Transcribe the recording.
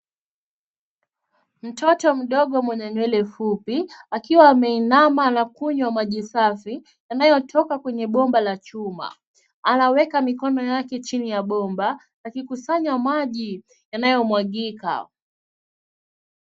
Mtoto mdogo mwenye nywele fupi akiwa ameinama anakunywa maji safi yanayotoka kwenye bomba la chuma, anaweka mikono yake chini ya bomba yakikusanya maji yanayomwagika.